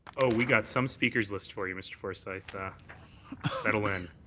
we got some speakers list for mr. forsythe. settle in.